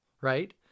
right